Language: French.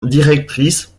directrice